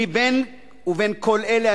ובין כל אלה,